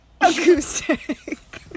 acoustic